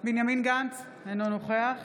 בנימין גנץ, אינו נוכח